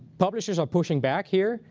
publishers are pushing back here.